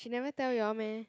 she never tell you all meh